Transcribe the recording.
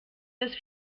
das